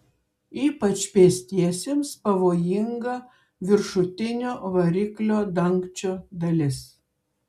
ypač pėstiesiems pavojinga viršutinio variklio dangčio dalis